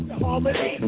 harmony